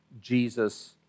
Jesus